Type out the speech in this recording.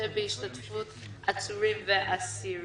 שהם בהשתתפות עצורים ואסירים.